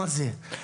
מה זה?